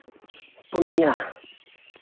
ᱯᱩᱱᱤᱭᱟ